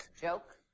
Joke